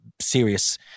serious